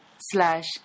Slash